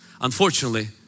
Unfortunately